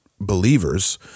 believers